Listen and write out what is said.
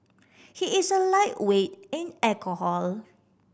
he is a lightweight in alcohol